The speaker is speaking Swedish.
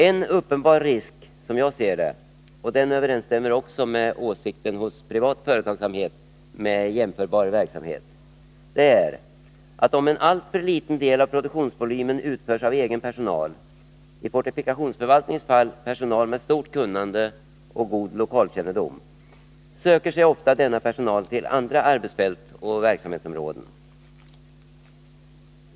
En uppenbar risk, som jag ser det — och det överensstämmer också med åsikten hos privat företagsamhet med jämförbar verksamhet — är att om en alltför liten del av produktionsvolymen utförs av egen personal, i fortifika tionsförvaltningens fall personal med stort kunnande och god lokalkännedom, söker sig ofta denna personal till andra arbetsfält och verksamhetsområden.